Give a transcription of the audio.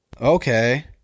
Okay